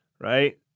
right